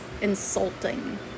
insulting